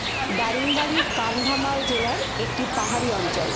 দারিংবাড়ী কান্ধমাল জেলার একটি পাহাড়ি অঞ্চল